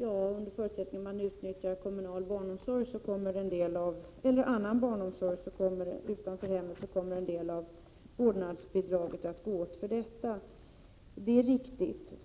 Ja, under förutsättning att man utnyttjar kommunal barnomsorg eller annan barnomsorg utanför hemmet, kommer en del av vårdnadsbidraget att gå åt till detta. Det är riktigt.